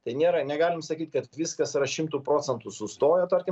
tai nėra negalim sakyt kad viskas yra šimtu procentų sustoję tarkim